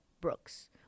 Brooks